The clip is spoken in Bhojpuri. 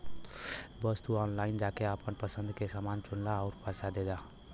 बस तू ऑनलाइन जाके आपन पसंद के समान चुनला आउर पइसा दे दा